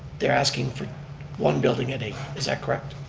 they're asking for one building at eight, is that correct?